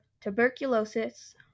tuberculosis